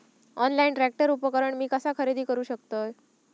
Online tractor उपकरण मी कसा खरेदी करू शकतय?